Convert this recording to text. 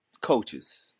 coaches